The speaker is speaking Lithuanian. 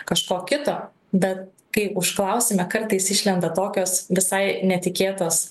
kažko kito bet kai užklausiame kartais išlenda tokios visai netikėtos